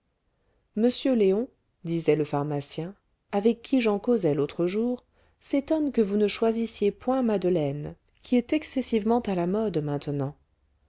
m léon disait le pharmacien avec qui j'en causais l'autre jour s'étonne que vous ne choisissiez point madeleine qui est excessivement à la mode maintenant